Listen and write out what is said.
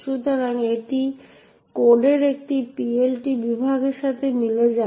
সুতরাং এটি কোডের একটি PLT বিভাগের সাথে মিলে যায়